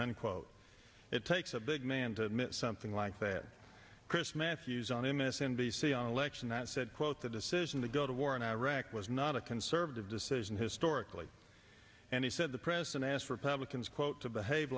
unquote it takes a big man to admit something like that chris matthews on m s n b c on election that said quote the decision to go to war in iraq was not a conservative decision historically and he said the president asked republicans quote to behave